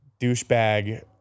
douchebag